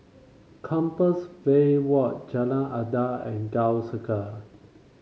Compassvale Walk Jalan Adat and Gul Circle